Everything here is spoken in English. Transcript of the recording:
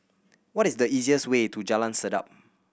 what is the easiest way to Jalan Sedap